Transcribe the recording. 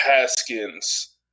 Haskins